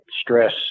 stress